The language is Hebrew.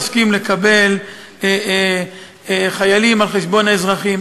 החברה לא תסכים לקבל חיילים על חשבון האזרחים.